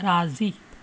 राज़ी